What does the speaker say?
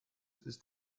ist